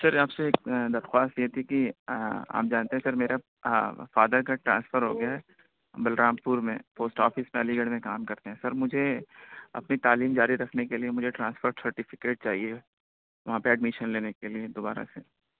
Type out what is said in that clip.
سر آپ سے ایک درخواست یہ تھی کہ آپ جانتے ہیں سر میرا فادر کا ٹرانسفر ہوگیا ہے بلرام پور میں پوسٹ آفس میں علی گڑھ میں کام کرتے ہیں سر مجھے اپنی تعلیم جاری رکھنے کے لیے مجھے ٹرانسفر سرٹیفیکیٹ چاہیے وہاں پہ ایڈمیشن لینے کے لیے دوبارہ سے